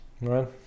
Right